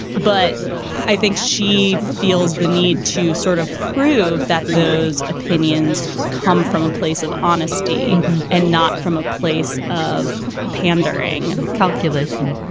but i think she feels the need to sort of prove that those opinions come from a place of honesty and not from a place of pandering calculation.